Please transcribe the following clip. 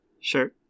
sure